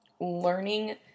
learning